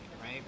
right